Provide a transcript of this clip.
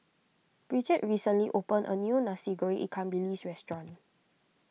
Bridget recently opened a new Nasi Goreng Ikan Bilis restaurant